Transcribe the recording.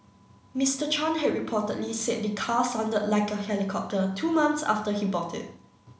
Mister Chan had reportedly said the car sounded like a helicopter two months after he bought it